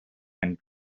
and